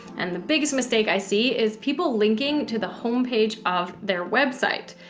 and the biggest mistake i see is people linking to the homepage of their website.